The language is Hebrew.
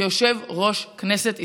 כיושב-ראש כנסת ישראל.